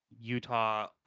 Utah